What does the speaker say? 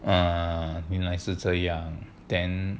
ah 原来是这样